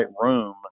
room